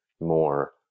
more